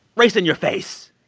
race in your face.